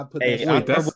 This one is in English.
Hey